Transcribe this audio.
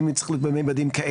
אם צריך להיות בממדים כאלה.